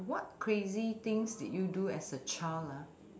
what crazy things did you do as a child ah